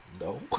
No